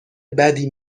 بدی